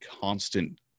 constant